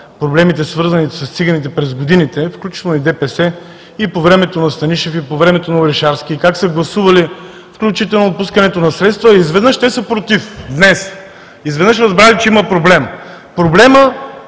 проблемите, свързани с циганите, през годините, включително и ДПС, и по времето на Станишев, и по времето на Орешарски, как са гласували, включително отпускането на средства. Изведнъж днес те са против! Изведнъж разбрали, че има проблем! Кой